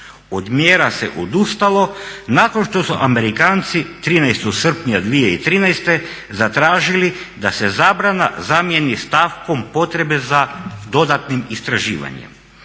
Od mjera se odustalo nakon što su Amerikanci 13.srpnja 2013.zatražili da se zabrana zamjeni stavkom potrebe za dodatnim istraživanjem.